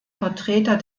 vertreter